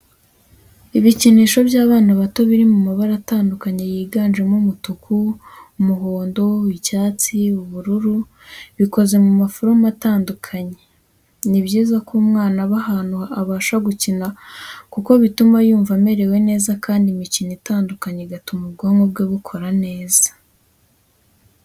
Ibikinisho by'abana bato biri mu mabara atandukanye yiganjemo umutuku, umuhondo, icyatsi, ubururu, bikoze mu maforomo atandukanye. Ni byiza ko umwana aba ahantu abasha gukina kuko bituma yumva amerewe neza kandi imikino itandukanye igatuma ubwonko bwe bukora neza.